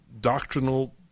doctrinal